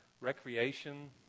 recreation